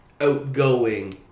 outgoing